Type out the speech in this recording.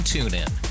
TuneIn